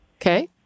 Okay